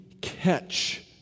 catch